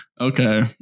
Okay